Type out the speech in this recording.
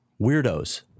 Weirdos